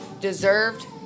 deserved